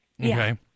Okay